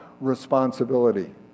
responsibility